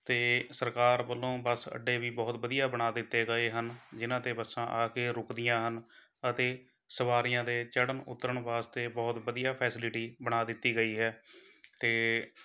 ਅਤੇ ਸਰਕਾਰ ਵੱਲੋਂ ਬੱਸ ਅੱਡੇ ਵੀ ਬਹੁਤ ਵਧੀਆ ਬਣਾ ਦਿੱਤੇ ਗਏ ਹਨ ਜਿਹਨਾਂ 'ਤੇ ਬੱਸਾਂ ਆ ਕੇ ਰੁੱਕਦੀਆਂ ਹਨ ਅਤੇ ਸਵਾਰੀਆਂ ਦੇ ਚੜ੍ਹਨ ਉਤਰਨ ਵਾਸਤੇ ਬਹੁਤ ਵਧੀਆ ਫੈਸੀਲੀਟੀ ਬਣਾ ਦਿੱਤੀ ਗਈ ਹੈ ਅਤੇ